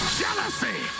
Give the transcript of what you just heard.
jealousy